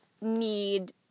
need